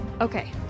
okay